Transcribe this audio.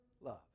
love